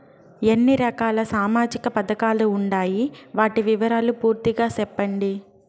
ఎన్ని రకాల సామాజిక పథకాలు ఉండాయి? వాటి వివరాలు పూర్తిగా సెప్పండి?